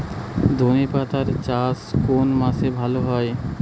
ধনেপাতার চাষ কোন মাসে ভালো হয়?